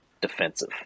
defensive